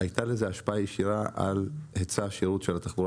הייתה לזה השפעה ישירה על היצע השירות של התחבורה